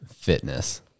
fitness